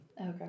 Okay